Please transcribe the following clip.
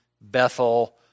Bethel